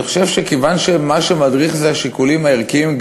אני חושב שכיוון שמה שמדריך זה השיקולים הערכיים,